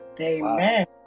Amen